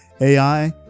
AI